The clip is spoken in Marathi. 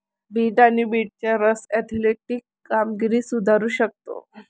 बीट आणि बीटचा रस ऍथलेटिक कामगिरी सुधारू शकतो